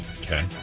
Okay